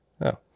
no